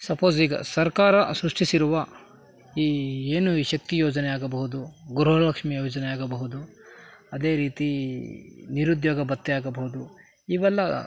suppose ಈಗ ಸರ್ಕಾರ ಸೃಷ್ಟಿಸಿರುವ ಈ ಏನು ಈ ಶಕ್ತಿ ಯೋಜನೆ ಆಗಬಹುದು ಗೃಹಲಕ್ಷ್ಮೀ ಯೋಜನೆ ಆಗಬಹುದು ಅದೇ ರೀತಿ ನಿರುದ್ಯೋಗ ಭತ್ಯೆ ಆಗಬಹುದು ಇವೆಲ್ಲ